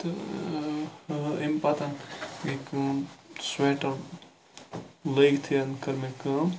تہٕ امہِ پَتہٕ گے کٲم سُویٹَر لٲگتھی کٔر مےٚ کٲم